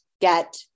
get